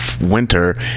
winter